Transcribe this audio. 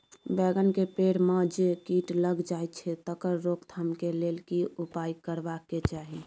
बैंगन के पेड़ म जे कीट लग जाय छै तकर रोक थाम के लेल की उपाय करबा के चाही?